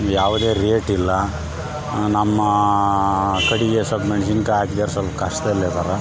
ಯಾವುದೇ ರೇಟಿಲ್ಲ ನಮ್ಮ ಕಡೆಗೆ ಸೊಲ್ಭ ಮೆಣಸಿನ್ಕಾಯಿ ಹಾಕಿದಾರೆ ಸೊಲ್ಪ ಕಷ್ಟದಲ್ಲಿ ಇದರಾ